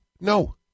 No